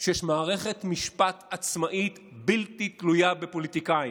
שיש מערכת משפט בלתי תלויה בפוליטיקאים.